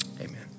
amen